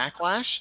backlash